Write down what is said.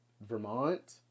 Vermont